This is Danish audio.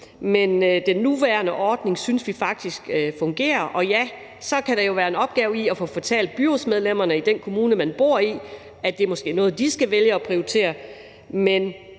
Men den nuværende ordning synes vi faktisk fungerer. Og ja, så kan der jo være en opgave i at få fortalt byrådsmedlemmerne i den kommune, man bor i, at det måske er noget, de skal vælge at prioritere.